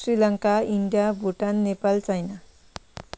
Sri Lanka India Bhutan Nepal China